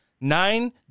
Nine